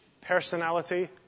personality